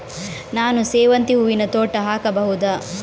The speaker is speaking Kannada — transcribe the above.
ನಾನು ಸೇವಂತಿ ಹೂವಿನ ತೋಟ ಹಾಕಬಹುದಾ?